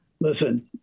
listen